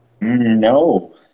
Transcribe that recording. No